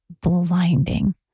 blinding